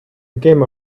game